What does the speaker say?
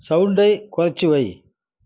சவுண்டை குறைச்சு வை